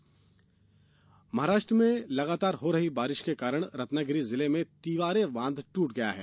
बांध टूटा महाराष्ट्र में लगातार हो रही बारिश के कारण रत्नागिरी जिले में तिवारे बांध टूट गया है